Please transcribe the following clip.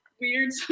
weird